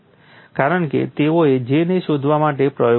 કારણ કે તેઓએ J ને શોધવા માટે પ્રયોગો કર્યા હતા